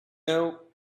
know